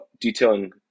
detailing